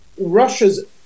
Russia's